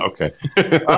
Okay